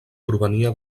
provenia